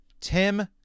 Tim